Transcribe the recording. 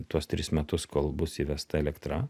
tuos tris metus kol bus įvesta elektra